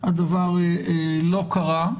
הדבר לא קרה,